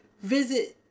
visit